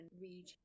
read